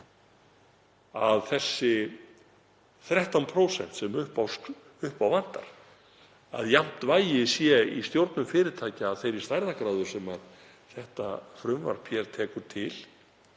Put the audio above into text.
með þau 13% sem upp á vantar að jafnt vægi sé í stjórnum fyrirtækja af þeirri stærðargráðu sem þetta frumvarp tekur til,